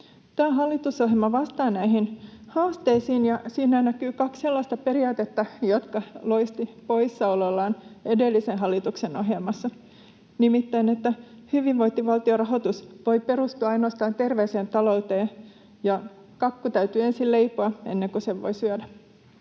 hallitusohjelma vastaa näihin haasteisiin, ja siinä näkyy kaksi sellaista periaatetta, jotka loistivat poissaolollaan edellisen hallituksen ohjelmassa, nimittäin että hyvinvointivaltion rahoitus voi perustua ainoastaan terveeseen talouteen ja kakku täytyy ensin leipoa ennen kuin sen voi syödä.